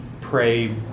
pray